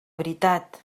veritat